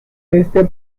este